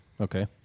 Okay